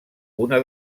una